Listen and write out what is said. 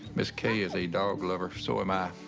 miss kay is a dog lover. so am i.